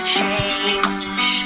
change